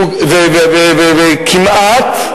כמעט,